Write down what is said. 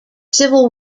civil